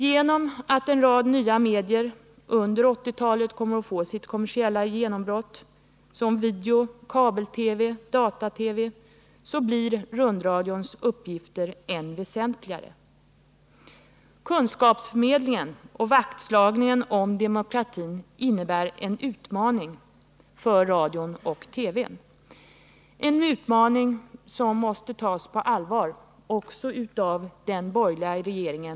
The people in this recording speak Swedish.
Genom att en rad nya media under 1980-talet kommer att få sitt kommersiella genombrott, såsom video, kabel-TV, data-TV osv., blir rundradions uppgifter än väsentligare. Kunskapsförmedlingen och vaktslagningen om demokratin innebär en utmaning för radio och TV — en utmaning som måste tas på allvar också av den borgerliga regeringen.